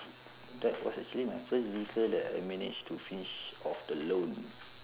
that was actually my first vehicle that I managed to finish off the loan